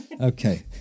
Okay